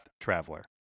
Traveler